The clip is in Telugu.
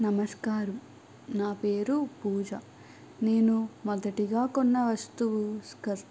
నమస్కారం నా పేరు పూజ నేను మొదటగా కొన్ని వస్తువు స్కర్ట్